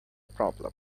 problem